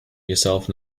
yourself